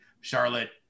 Charlotte